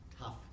tough